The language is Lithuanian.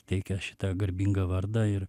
teikia šitą garbingą vardą ir